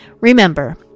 Remember